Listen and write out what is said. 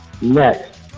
Next